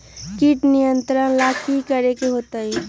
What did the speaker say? किट नियंत्रण ला कि करे के होतइ?